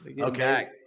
Okay